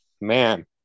Man